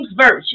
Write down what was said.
Version